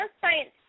Science